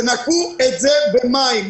תנקו את זה במים.